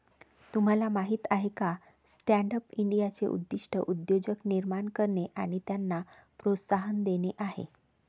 तुम्हाला माहीत आहे का स्टँडअप इंडियाचे उद्दिष्ट उद्योजक निर्माण करणे आणि त्यांना प्रोत्साहन देणे आहे